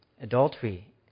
adultery